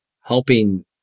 helping